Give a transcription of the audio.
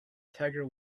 tiger